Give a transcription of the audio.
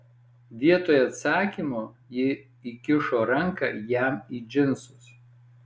vietoj atsakymo ji įkišo ranką jam į džinsus